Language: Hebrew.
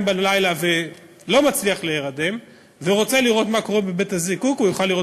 בלילה ולא מצליח להירדם ורוצה לראות מה קורה בבית-הזיקוק,